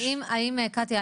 קטיה,